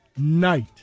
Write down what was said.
night